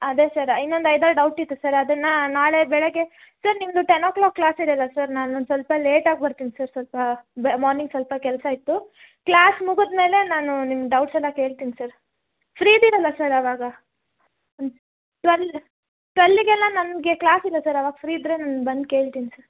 ಅದೇ ಸರ್ ಇನ್ನಂದು ಐದಾರು ಡೌಟಿತ್ತು ಸರ್ ಅದನ್ನು ನಾಳೆ ಬೆಳಿಗ್ಗೆ ಸರ್ ನಿಮ್ಮದು ಟೆನ್ ಓ ಕ್ಲಾಕ್ ಕ್ಲಾಸಿದೆಯಲ್ಲ ಸರ್ ನಾನು ಒಂದ್ಸೊಲ್ಪ ಲೇಟಾಗಿ ಬರ್ತಿನಿ ಸರ್ ಸ್ವಲ್ಪ ಮಾರ್ನಿಂಗ್ ಸ್ವಲ್ಪ ಕೆಲಸಯಿತ್ತು ಕ್ಲಾಸ್ ಮುಗದ ಮೇಲೆ ನಾನು ನಿಮ್ಮ ಡೌಟ್ಸ್ ಎಲ್ಲ ಕೇಳ್ತಿನಿ ಸರ್ ಫ್ರೀ ಇದಿರಲ್ಲ ಸರ್ ಅವಾಗ ಟ್ವೇಲ್ ಟ್ವೇಲ್ಲಿಗೆಲ್ಲ ನನಗೆ ಕ್ಲಾಸ್ ಇಲ್ಲ ಸರ್ ಅವಾಗ ಫ್ರೀ ಇದ್ದರೆ ನಾನು ಬಂದು ಕೇಳ್ತೀನಿ ಸರ್